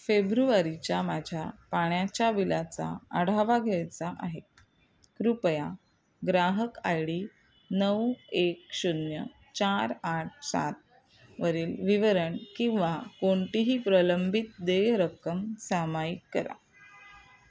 फेब्रुवारीच्या माझ्या पाण्याच्या बिलाचा आढावा घ्यायचा आहे कृपया ग्राहक आय डी नऊ एक शून्य चार आठ सातवरील विवरण किंवा कोणतीही प्रलंबित देय रक्कम सामायिक करा